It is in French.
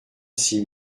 six